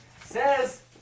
Says